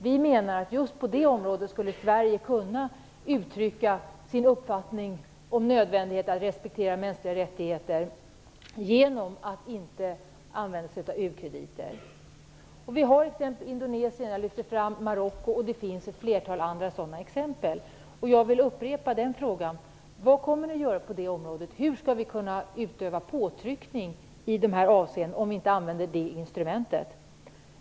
Vi menar att Sverige skulle kunna uttrycka sin uppfattning om nödvändigheten att respektera mänskliga rättigheter genom att inte använda sig av u-krediter. Vi har ett flertal exempel, bl.a. Indonesien och Marocko som jag lyfte fram. Jag vill upprepa frågan. Vad kommer ni att göra på det området? Hur skall vi kunna utöva påtryckningar i dessa avseenden om vi inte använder det instrumentet.